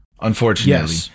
unfortunately